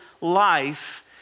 life